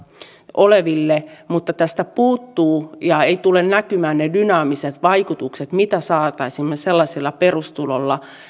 oleville ja tästä puuttuvat ja tässä eivät tule näkymään ne dynaamiset vaikutukset mitä saisimme sellaisella perustulolla